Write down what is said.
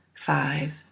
five